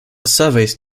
surveys